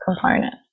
component